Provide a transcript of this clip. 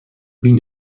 been